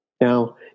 Now